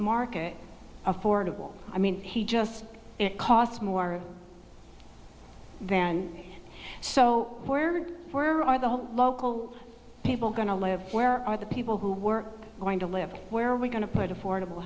market affordable i mean he just it costs more and so where where are the local people going to live where are the people who were going to live where are we going to put affordable